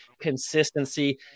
Consistency